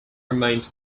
remains